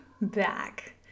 back